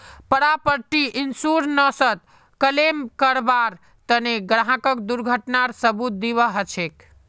property इन्शुरन्सत claim करबार तने ग्राहकक दुर्घटनार सबूत दीबा ह छेक